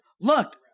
Look